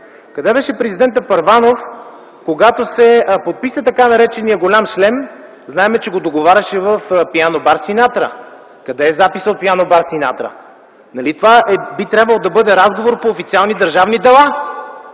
Къде беше президентът Първанов, когато се подписа така наречения „Голям шлем”? Знаем, че го договаряше в пиано-бар „Синатра”. Къде е записът от пиано-бар „Синатра”? Нали това би трябвало да бъде разговор по официални държавни дела,